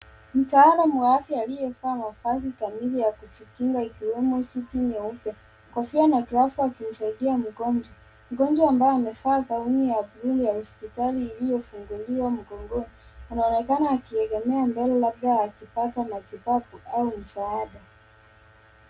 Mataalam wa afya aliyevaa mavazi kamili ya kujikinga ikiwemo suti nyeupe, kofia na glafu akimsaidia mgonjwa. Mgonjwa ambaye amevaa kaoni ya blue ya hospitali iliofungiwa mgongoni anaonekana akiegemea mbele labda akipata matibabu au msaada.